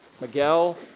Miguel